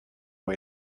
way